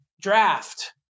draft